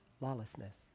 lawlessness